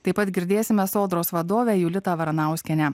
taip pat girdėsime sodros vadovė julita varanauskienė